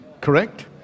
Correct